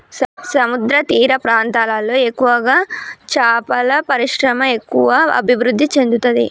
సముద్రతీర ప్రాంతాలలో ఎక్కువగా చేపల పరిశ్రమ ఎక్కువ అభివృద్ధి చెందుతది